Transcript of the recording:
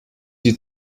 die